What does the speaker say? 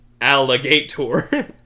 alligator